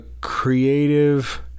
Creative